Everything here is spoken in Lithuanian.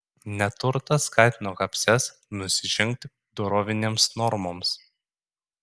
neturtas skatino kapses nusižengti dorovinėms normoms